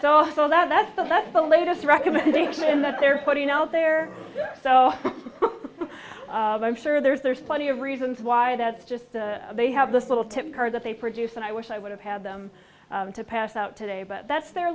so that's the that's the latest recommendation that they're putting out there so i'm sure there's there's plenty of reasons why that's just they have this little tip card that they produce and i wish i would have had them to pass out today but that's their